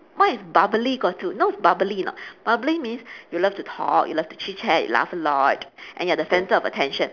what is bubbly got to you know what's bubbly or not bubbly means you love to talk you love to chit chat you laugh a lot and you are the centre of attention